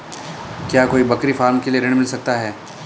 क्या कोई बकरी फार्म के लिए ऋण मिल सकता है?